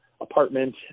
apartment